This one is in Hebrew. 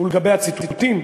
ולגבי הציטוטים,